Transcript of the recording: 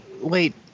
wait